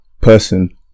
person